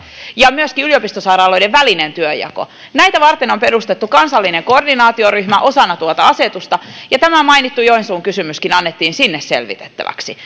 ja myöskin yliopistosairaaloiden väliseen työnjakoon on perustettu kansallinen koordinaatioryhmä osana tuota asetusta ja tämä mainittu joensuun kysymyskin annettiin sinne selvitettäväksi